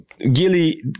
Gilly